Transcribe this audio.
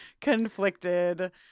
conflicted